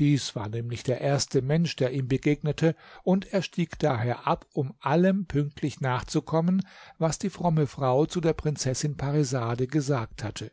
dies war nämlich der erste mensch der ihm begegnete und er stieg daher ab um allem pünktlich nachzukommen was die fromme frau zu der prinzessin parisade gesagt hatte